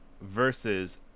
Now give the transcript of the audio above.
versus